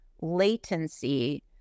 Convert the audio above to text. latency